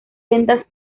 sendas